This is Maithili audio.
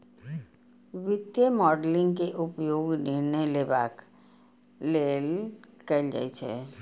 वित्तीय मॉडलिंग के उपयोग निर्णय लेबाक लेल कैल जाइ छै